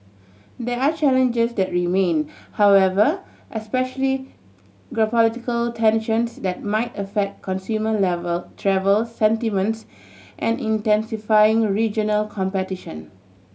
there are challenges that remain however especially geopolitical tensions that might affect consumer level travel sentiments and intensifying regional competition